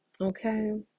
okay